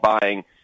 buying